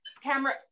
camera